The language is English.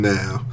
now